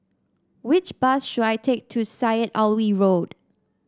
which bus should I take to Syed Alwi Road